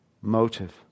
motive